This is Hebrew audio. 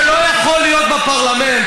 שלא יכול להיות בפרלמנט,